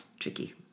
tricky